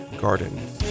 Garden